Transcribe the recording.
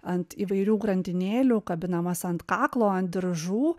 ant įvairių grandinėlių kabinamas ant kaklo ant diržų